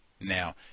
Now